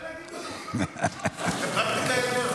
הוא רוצה להגיד דברים, זאת הפרקטיקה.